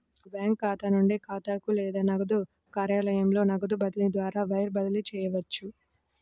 ఒక బ్యాంకు ఖాతా నుండి ఖాతాకు లేదా నగదు కార్యాలయంలో నగదు బదిలీ ద్వారా వైర్ బదిలీ చేయవచ్చు